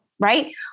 right